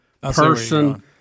person